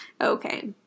Okay